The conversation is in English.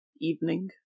evening